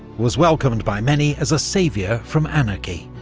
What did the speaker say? was welcomed by many as a saviour from anarchy.